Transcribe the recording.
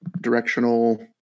directional